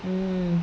mm